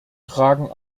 tragen